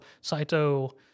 Saito